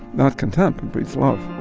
not contemporary love